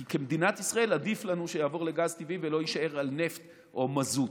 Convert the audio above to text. כי כמדינת ישראל עדיף לנו שיעבור לגז טבעי ולא יישאר על נפט או מזוט.